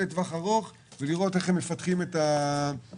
לטווח ארוך ולראות איך הן מפתחות את היישובים.